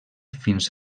fins